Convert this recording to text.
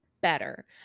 better